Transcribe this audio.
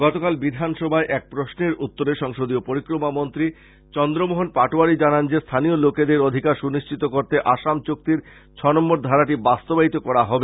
গতকাল বিধানসভায় এক প্রশ্নের উত্তরে সংসদীয় পরিক্রমা মন্ত্রী চন্দ্রমোহন পাটোয়ারী জানান যে স্থানীয় লোকেদের অধিকার সুনিশ্চিত করতে আসাম চুক্তির ছনম্বর ধারাটি বাস্তবায়িত করা হবে